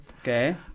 Okay